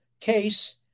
case